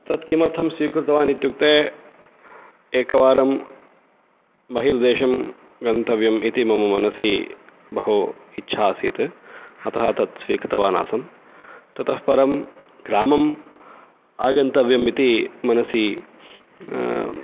तत् किमर्थं स्वीकृतवान् इत्युक्ते एकवारं बहिर्देशं गन्तव्यम् इति मम मनसि बहु इच्छा आसीत् अतः तत् स्वीकृतवान् आसम् ततःपरं ग्रामम् आगन्तव्यम् इति मनसि